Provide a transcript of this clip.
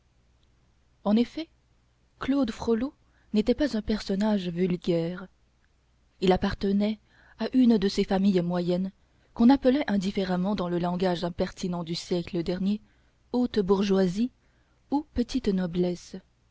en effet claude frollo n'était pas un personnage vulgaire il appartenait à une de ces familles moyennes qu'on appelait indifféremment dans le langage impertinent du siècle dernier haute bourgeoisie ou petite noblesse